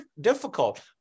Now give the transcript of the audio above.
difficult